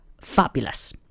Fabulous